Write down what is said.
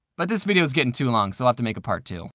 but this video's getting too long, so i'll have to make a part two.